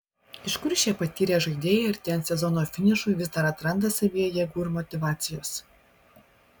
iš kur šie patyrę žaidėjai artėjant sezono finišui vis dar atranda savyje jėgų ir motyvacijos